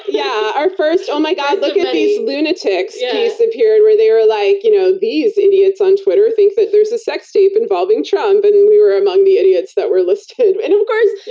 yeah, our first oh, my god. look at these lunatics yeah piece appeared where they were ah like, you know these idiots on twitter think that there's a sex tape involving trump. and we were among the idiots that were listed. and of course, yeah